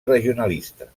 regionalista